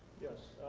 yes,